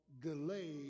delay